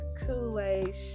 kool-aid